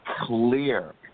Clear